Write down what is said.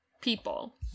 people